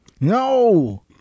No